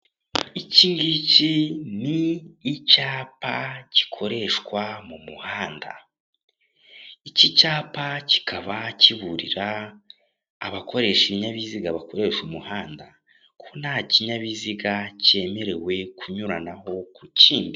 Ikingiki ni icyapa gikoreshwa mu muhanda, iki kikaba kiburira abakoresha ibinyabiziga bakoresha umuhanda, ko nta kinyeabiziga kemerewe kunyura ku kindi.